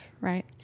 Right